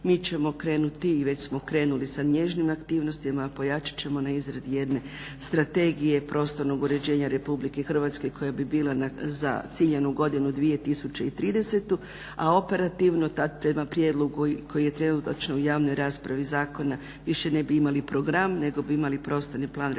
mi ćemo krenuti i već smo krenuli sa nježnim aktivnostima a pojačat ćemo na izradi jedne strategije prostornog uređenja RH koja bi bila za ciljanu godinu 2030., a operativno prema prijedlogu koji je trenutačno u javnoj raspravi zakona više i ne bi imali program nego bi imali prostorni plan Republike Hrvatske